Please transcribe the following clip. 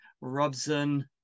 Robson